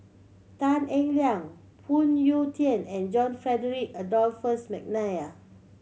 Tan Eng Liang Phoon Yew Tien and John Frederick Adolphus McNair